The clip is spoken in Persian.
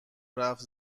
رفت